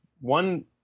one